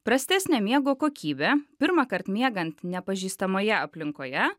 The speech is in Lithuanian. prastesnė miego kokybė pirmąkart miegant nepažįstamoje aplinkoje